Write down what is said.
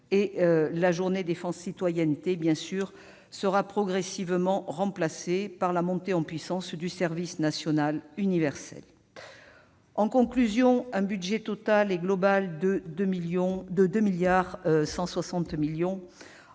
La Journée défense et citoyenneté sera bien sûr progressivement remplacée par la montée en puissance du service national universel. En conclusion, c'est un budget global de 2,16 milliards